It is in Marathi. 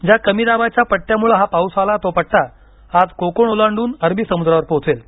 ज्या कमी दाबाच्या पट्टयामुळे हा पाऊस आला तो पट्टा आज कोकण ओलांडून अरबी समुद्रावर पोहोचेल